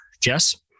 Jess